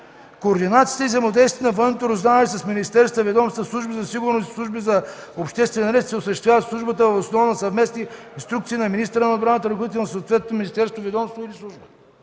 „Координацията и взаимодействието на Военното разузнаване с министерства и ведомства, служби за сигурност и служби за обществен ред се осъществява от службата въз основа на съвместни инструкции на министъра на отбраната, ръководителя на съответното министерство, ведомство или служба”.